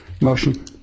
motion